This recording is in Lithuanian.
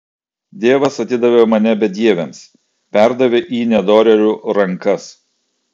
dievas atidavė mane bedieviams perdavė į nedorėlių rankas